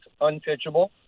unpitchable